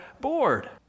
bored